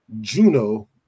Juno